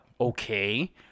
okay